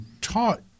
taught